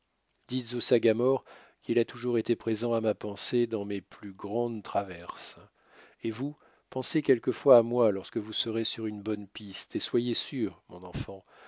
dites au sagamore qu'il a toujours été présent à ma pensée dans mes plus grandes traverses et vous pensez quelquefois à moi lorsque vous serez sur une bonne piste et soyez sûr mon enfant